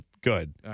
good